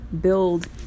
build